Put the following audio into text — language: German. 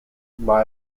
mal